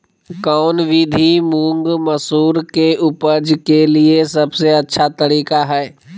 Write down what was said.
कौन विधि मुंग, मसूर के उपज के लिए सबसे अच्छा तरीका है?